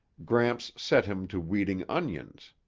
gramps set him to weeding onions.